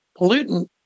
pollutant